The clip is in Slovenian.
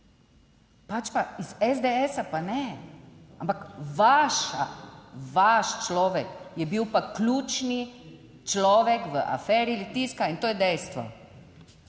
pač pa iz SDS pa ne. Ampak vaš človek je bil pa ključni človek v aferi Litijska in to je dejstvo.